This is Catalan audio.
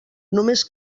només